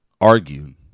argued